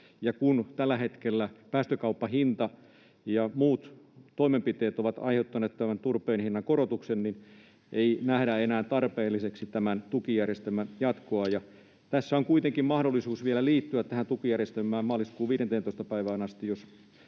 Kun tällä hetkellä päästökauppahinta ja muut toimenpiteet ovat aiheuttaneet tämän turpeen hinnan korotuksen, niin ei nähdä enää tarpeelliseksi tämän tukijärjestelmän jatkoa. Tässä on kuitenkin mahdollisuus vielä liittyä tähän tukijärjestelmään maaliskuun 15. päivään asti —